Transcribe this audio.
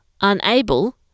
unable